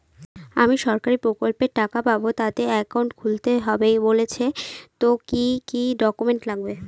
আমি সরকারি প্রকল্পের টাকা পাবো তাতে একাউন্ট খুলতে হবে বলছে তো কি কী ডকুমেন্ট লাগবে?